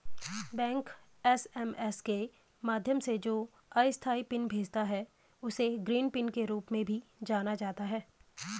bank SMS के माध्यम से जो अस्थायी पिन भेजता है, उसे ग्रीन पिन के रूप में भी जाना जाता है